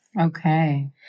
Okay